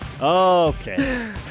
Okay